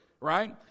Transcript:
Right